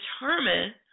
determine